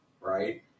Right